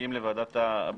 שמגיעים לוועדת הבחינה.